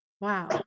Wow